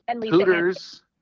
hooters